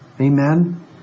Amen